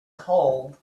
cold